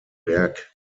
berg